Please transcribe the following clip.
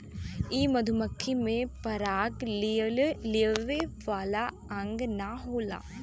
इ मधुमक्खी में पराग लियावे वाला अंग ना होला